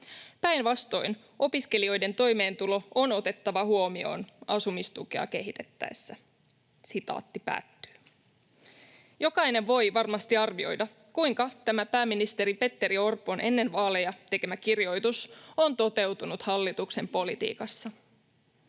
Päinvastoin opiskelijoiden toimeentulo on otettava huomioon asumistukea kehitettäessä.” Jokainen voi varmasti arvioida, kuinka tämä pääministeri Petteri Orpon ennen vaaleja tekemä kirjoitus on toteutunut hallituksen politiikassa.